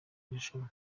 rushanwa